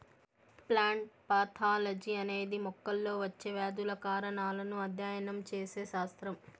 plant pathology అనేది మొక్కల్లో వచ్చే వ్యాధుల కారణాలను అధ్యయనం చేసే శాస్త్రం